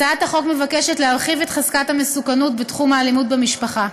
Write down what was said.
הצעת החוק מבקשת להרחיב את חזקת המסוכנות בתחום האלימות במשפחה.